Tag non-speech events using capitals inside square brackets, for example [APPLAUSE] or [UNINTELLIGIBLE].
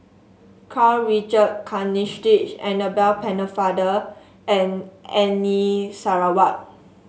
Karl Richard Hanitsch Annabel Pennefather and [UNINTELLIGIBLE] Sarawak